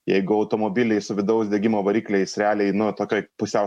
jeigu automobiliai su vidaus degimo varikliais realiai nu tokioj pusiau